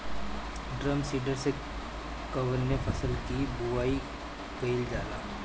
Drum seeder से कवने फसल कि बुआई कयील जाला?